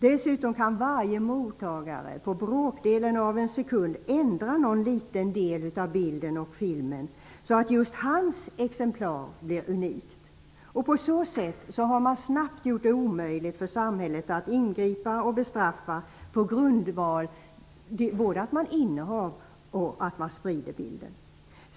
Dessutom kan varje mottagare, på bråkdelen av en sekund, ändra någon liten del av bilden eller filmen så att just hans exemplar blir unikt. På så sätt har man snabbt gjort det omöjligt för samhället att ingripa och bestraffa på grundval av både innehav och spridning av bilder.